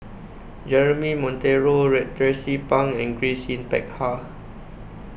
Jeremy Monteiro Tracie Pang and Grace Yin Peck Ha